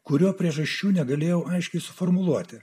kurio priežasčių negalėjau aiškiai suformuluoti